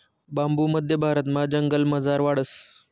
बांबू मध्य भारतमा जंगलमझार वाढस